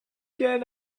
can